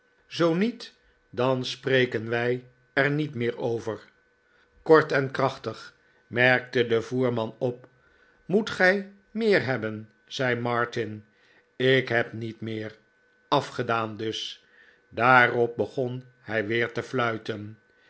zoo niet dan spreken wij er niet meer over kort en krachtig merkte de voerman op moet gij meer hebben zei martin ik heb niet meer afgedaan dus daarop begon hij weer te fluiten